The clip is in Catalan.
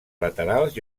laterals